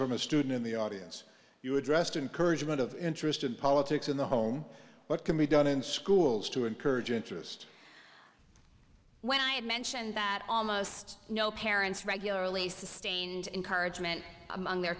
from a student in the audience you address to encourage a lot of interest in politics in the home what can be done in schools to encourage interest when i had mentioned that almost no parents regularly sustained encouragement among their